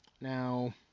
now